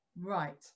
Right